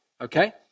Okay